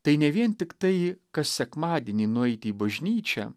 tai ne vien tiktai kas sekmadienį nueiti į bažnyčią